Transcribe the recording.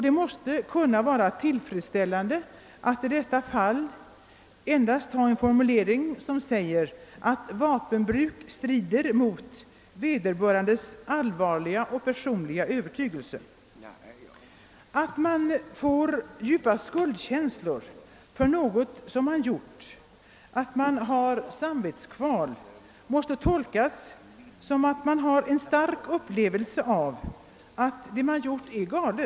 Det måste kunna vara tillfredsställande att i detta fall endast ha en formulering som säger att vapenbruk strider mot vederbörandes allvarliga och personliga övertygelse. Att man får djupa skuldkänslor för något som man gjort, att man har samvetskval måste tolkas som att man har en stark upplevelse av att det man gjort är galet.